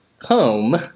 home